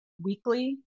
weekly